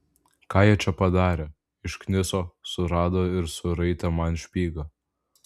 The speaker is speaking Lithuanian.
ką jie čia padarė iškniso surado ir suraitė man špygą